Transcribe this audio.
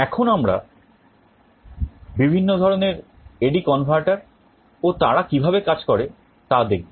এখন আমরা বিভিন্ন ধরনের AD converter ও তারা কিভাবে কাজ করে তা দেখব